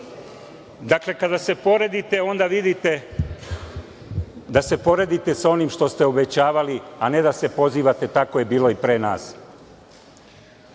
Dakle, kada se poredite onda vidite da se poredite sa onim što ste obećavali, a ne da se pozivate - tako je bilo i pre nas. Kada